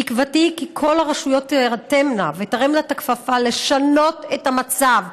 תקוותי היא כי כל הרשויות תירתמנה ותרמנה את הכפפה לשנות את המצב,